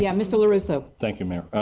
yeah mr. larusso. thank you.